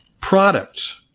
product